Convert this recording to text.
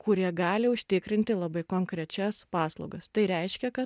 kurie gali užtikrinti labai konkrečias paslaugas tai reiškia kad